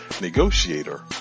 Negotiator